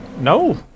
no